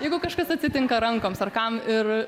jeigu kažkas atsitinka rankoms ar kam ir